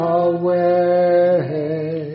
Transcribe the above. away